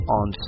on